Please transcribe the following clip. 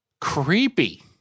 Creepy